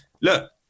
look